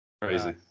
Crazy